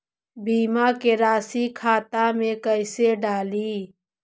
बीमा के रासी खाता में कैसे डाली?